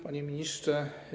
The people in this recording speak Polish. Panie Ministrze!